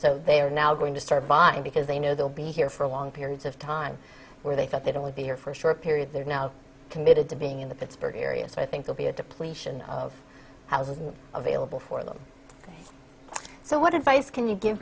so they are now going to start buying because they know they'll be here for long periods of time where they thought they'd only be here for a short period they're now committed to being in the pittsburgh area so i think they'll be a depletion of housing available for them so what advice can you give